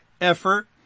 effort